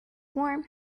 warm